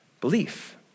Belief